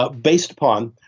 ah based upon,